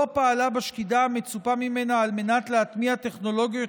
פעלה בשקידה המצופה ממנה על מנת להטמיע טכנולוגיות